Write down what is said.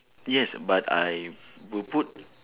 yes but I will put